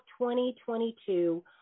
2022